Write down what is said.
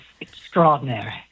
extraordinary